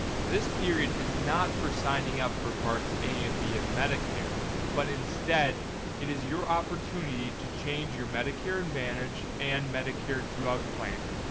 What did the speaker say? this period is not for signing up for parts a and b of medicare, but instead it is your opportunity to change your medicare advantage and medicare drug plan.